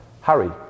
Harry